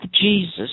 Jesus